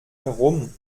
herum